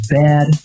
bad